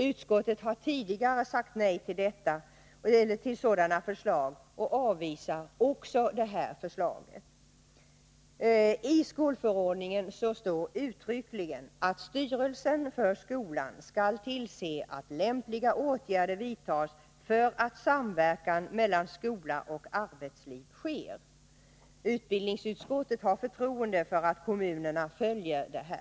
Utskottet har tidigare sagt nej till sådana förslag och avvisar också detta. I skolförordningen står uttryckligen att styrelsen för skolan skall tillse att lämpliga åtgärder vidtas för att samverkan mellan skola och arbetsliv sker. Utbildningsutskottet har förtroende för att kommunerna följer detta.